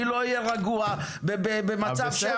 אני לא אהיה רגוע במצב שהמדינה קורסת.